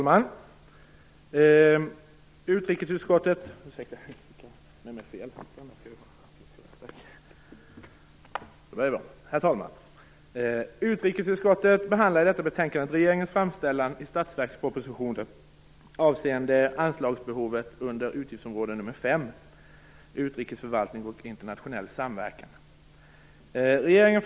Herr talman! Utrikesutskottet behandlar i detta betänkande regeringens framställan i statsverkspropositionen avseende anslagsbehov under utgiftsområde 5, utrikesförvaltning och internationell samverkan.